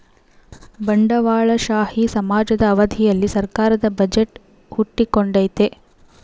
ಬಂಡವಾಳಶಾಹಿ ಸಮಾಜದ ಅವಧಿಯಲ್ಲಿ ಸರ್ಕಾರದ ಬಜೆಟ್ ಹುಟ್ಟಿಕೊಂಡೈತೆ